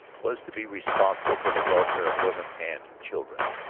was to be responsible for the welfare of women and children.